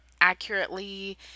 accurately